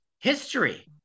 history